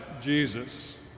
Jesus